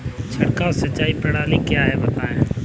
छिड़काव सिंचाई प्रणाली क्या है बताएँ?